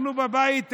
אנחנו בבית הזה,